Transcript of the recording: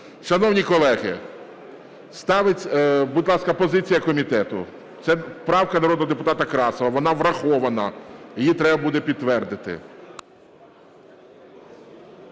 Шановні колеги, ставиться… Будь ласка, позиція комітету. Це правка народного депутата Красова, вона врахована, її треба буде підтвердити.